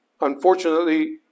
Unfortunately